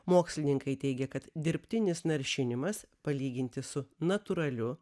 mokslininkai teigia kad dirbtinis naršinimas palyginti su natūraliu